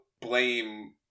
blame